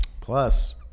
Plus